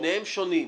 שניהם שונים.